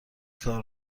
کار